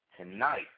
tonight